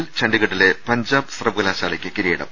സിൽ ചണ്ഡീഗഡിലെ പഞ്ചാബ് സർവകലാശാലയ്ക്ക് കിരീടം